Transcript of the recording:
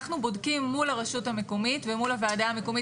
אנחנו בודקים מול הרשות המקומית ומול הוועדה המקומית